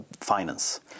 finance